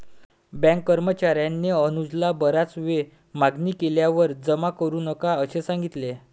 bank कर्मचार्याने अनुजला बराच वेळ मागणी केल्यावर जमा करू नका असे सांगितले